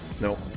Nope